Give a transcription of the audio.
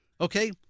Okay